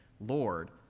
Lord